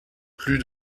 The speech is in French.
plus